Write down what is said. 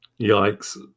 Yikes